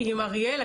עם אריאל,